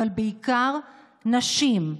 אבל בעיקר נשים,